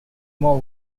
mal